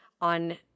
on